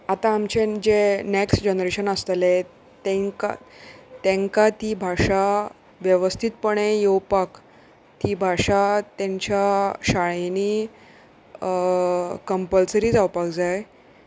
आतां आमचें जे नेक्स्ट जनरेशन आसतलें तांकां तांकां ती भाशा वेवस्थीतपणे येवपाक ती भाशा तेंच्या शाळेनी कंम्पलसरी जावपाक जाय